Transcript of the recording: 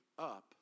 up